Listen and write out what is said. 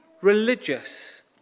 religious